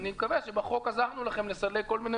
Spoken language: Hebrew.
אני מקווה שבחוק עזרנו לכם לסלק כל מיני